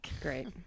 great